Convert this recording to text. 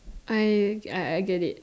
I okay I get it